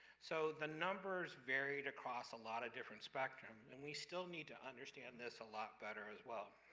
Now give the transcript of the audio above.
so, the numbers varied across a lot of different spectrums and we still need to understand this a lot better as well,